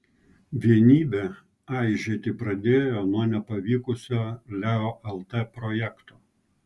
vienybė aižėti pradėjo nuo nepavykusio leo lt projekto